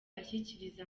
ashyikiriza